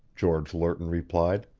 george lerton replied.